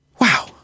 Wow